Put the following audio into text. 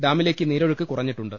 ഡാമിലേക്ക് നീരൊഴുക്ക് കുറഞ്ഞിട്ടുണ്ട്